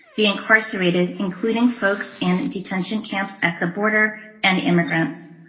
the incarcerated, including folks in detention camps at the border and immigrants.